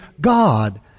God